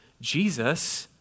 Jesus